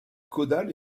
caudale